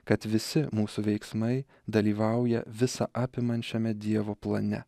kad visi mūsų veiksmai dalyvauja visa apimančiame dievo plane